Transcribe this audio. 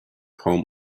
home